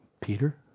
Peter